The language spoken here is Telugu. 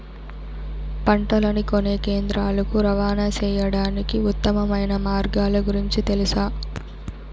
పంటలని కొనే కేంద్రాలు కు రవాణా సేయడానికి ఉత్తమమైన మార్గాల గురించి తెలుసా?